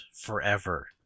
forever